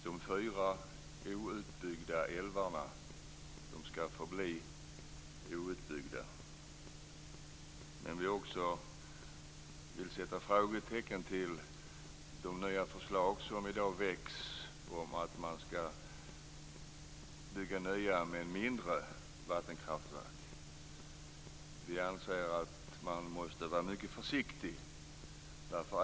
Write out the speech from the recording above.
De fyra outbyggda älvarna ska förbli outbyggda. Men vi vill sätta frågetecken inför de nya förslag som väckts om att man ska bygga nya men mindre vattenkraftverk. Vi anser att man måste vara mycket försiktigt.